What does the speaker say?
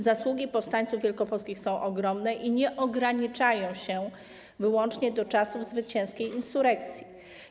Zasługi powstańców wielkopolskich są ogromne i nie ograniczają się wyłącznie do czasów zwycięskiej insurekcji.